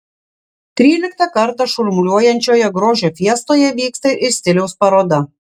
tryliktą kartą šurmuliuojančioje grožio fiestoje vyksta ir stiliaus paroda